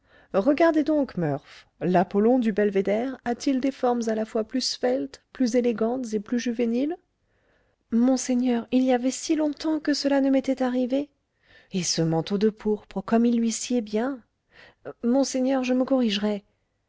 regardez donc murph l'apollon du belvédère a-t-il des formes à la fois plus sveltes plus élégantes et plus juvéniles monseigneur il y avait si longtemps que cela ne m'était arrivé et ce manteau de pourpre comme il lui sied bien monseigneur je me corrigerai